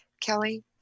Kelly